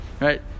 Right